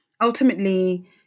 Ultimately